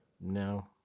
No